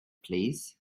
plîs